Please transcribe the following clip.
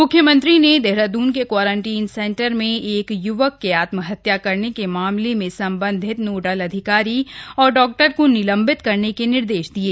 म्ख्यमंत्री ने देहरादून के क्वारंटीन सेंटर में एक य्वक के आत्महत्या करने के मामले में संबंधित नोडल अधिकारी और डाक्टर को निलंबित करने के निर्देश दिये